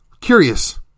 Curious